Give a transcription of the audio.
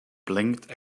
blinked